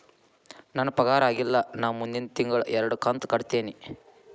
ನನ್ನ ಪಗಾರ ಆಗಿಲ್ಲ ನಾ ಮುಂದಿನ ತಿಂಗಳ ಎರಡು ಕಂತ್ ಕಟ್ಟತೇನಿ